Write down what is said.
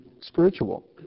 spiritual